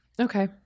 Okay